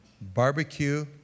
barbecue